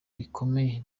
rikomeye